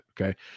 okay